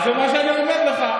אז זה מה שאני אומר לך.